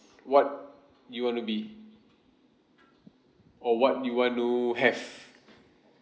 what you want to be or what you want to have